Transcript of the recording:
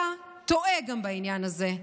אתה טועה גם בעניין הזה.